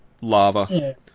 lava